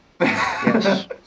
Yes